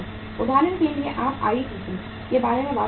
उदाहरण के लिए आप ITC के बारे में बात करते हैं